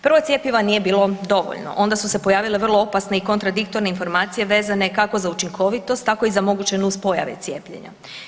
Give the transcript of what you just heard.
Prvo cjepiva nije bilo dovoljno, onda su se pojavile vrlo opasne i kontradiktorne informacije da je za … kako učinkovitost, tako i za moguće nuspojave cijepljenja.